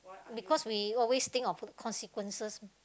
because we always think of the consequences